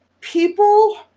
people